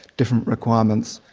different requirements,